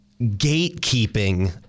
gatekeeping